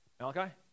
Malachi